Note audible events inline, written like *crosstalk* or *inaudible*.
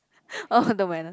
*laughs* oh no manner